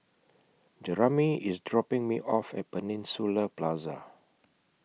Jeramie IS dropping Me off At Peninsula Plaza